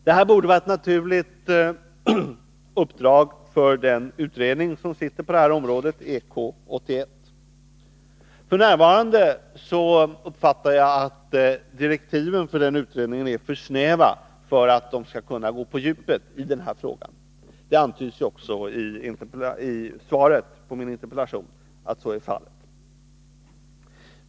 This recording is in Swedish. Det här borde ha varit ett naturligt uppdrag för utredningen som arbetar på det här området, EK 81. F. n. uppfattar jag det så, att direktiven för den utredningen är för snäva för att utredningen skall kunna gå på djupet i frågan. Det antyddes ju också i svaret på min interpellation att så är fallet.